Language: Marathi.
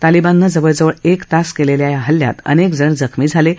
तालिबाननं जवळ जवळ एक तास केलेल्या या हल्ल्यात अनेकजण जखमी झाले आहेत